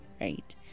right